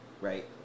right